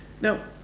Now